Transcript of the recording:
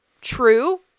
true